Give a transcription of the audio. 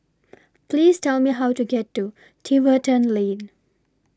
Please Tell Me How to get to Tiverton Lane